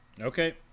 okay